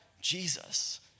Jesus